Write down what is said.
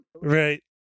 Right